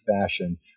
fashion